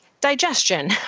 digestion